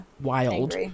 wild